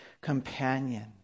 companion